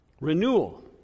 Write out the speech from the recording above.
Renewal